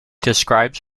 describes